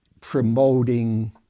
promoting